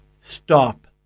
stop